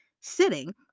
sitting